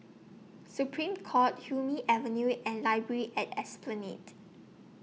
Supreme Court Hume Avenue and Library At Esplanade